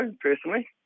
personally